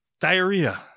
Diarrhea